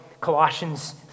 Colossians